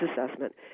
assessment